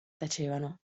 tacevano